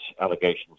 allegations